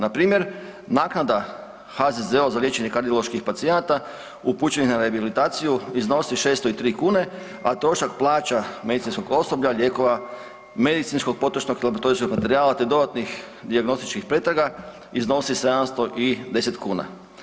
Npr. naknada HZZO za liječenje kardioloških pacijenata upućenih na rehabilitaciju iznosi 603 kune, a trošak plaća medicinskog osoblja, lijekova, medicinskog potrošnog i laboratorijskog materijala te dodatnih dijagnostičkih pretraga iznosi 710 kuna.